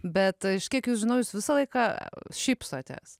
bet aš kiek jus žinau jūs visą laiką šypsotės